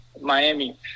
Miami